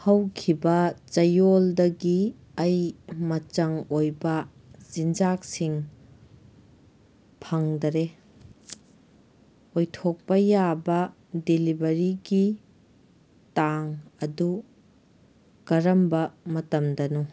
ꯍꯧꯈꯤꯕ ꯆꯌꯣꯜꯗꯒꯤ ꯑꯩ ꯃꯆꯪ ꯑꯣꯏꯕ ꯆꯤꯟꯖꯥꯛꯁꯤꯡ ꯐꯪꯗꯔꯦ ꯑꯣꯏꯊꯣꯛꯄ ꯌꯥꯕ ꯗꯤꯂꯤꯕꯔꯤꯒꯤ ꯇꯥꯡ ꯑꯗꯨ ꯀꯔꯝꯕ ꯃꯇꯝꯗꯅꯣ